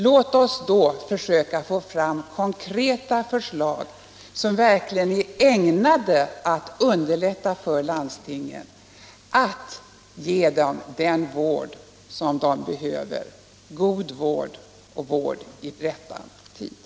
Låt oss då försöka få fram konkreta förslag, som verkligen är ägnade att underlätta för landstingen att ge de äldre den vård de behöver, god vård och vård i rätt tid.